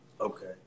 Okay